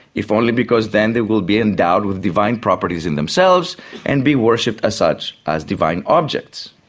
if only because then they will be endowed with divine properties in themselves and be worshipped as such as divine objects,